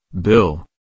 Bill